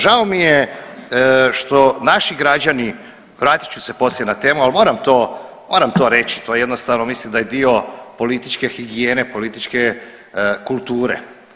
Žao mi je što naši građani, vratit ću se poslije na temu, al moram to, moram to reći, to jednostavno mislim da je dio političke higijene, političke kulture.